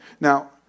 Now